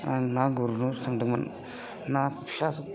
आं ना गुरनो थांदोंमोन ना फिसा